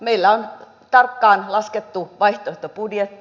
meillä on tarkkaan laskettu vaihtoehtobudjetti